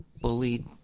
Bullied